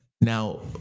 now